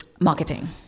Marketing